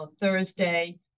Thursday